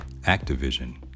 Activision